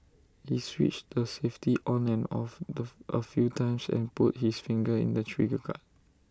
he switched the safety on and off A few times and put his finger in the trigger guard